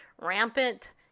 rampant